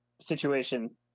situation